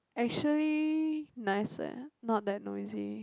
actually nice leh not that noisy